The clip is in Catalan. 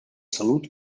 salut